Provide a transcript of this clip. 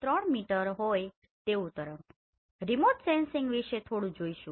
3 metre હોય તેવું તરંગ રિમોટ સેન્સિંગ વિશે થોડું જોઈશું